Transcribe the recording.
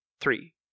three